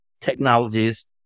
Technologies